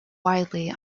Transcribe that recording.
widely